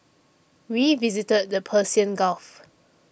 we visited the Persian Gulf